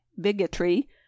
bigotry